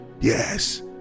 yes